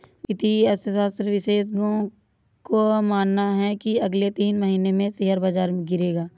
वित्तीय अर्थशास्त्र विशेषज्ञों का मानना है की अगले तीन महीने में शेयर बाजार गिरेगा